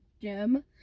Jim